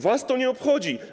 Was to nie obchodzi.